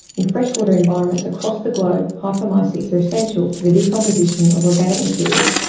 in freshwater environments across the globe, hyphomycetes are essential for the decomposition of organic material,